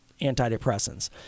antidepressants